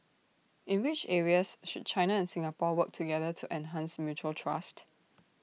in which areas should China and Singapore work together to enhance mutual trust